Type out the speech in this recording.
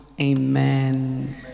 Amen